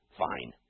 fine